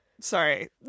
sorry